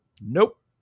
Nope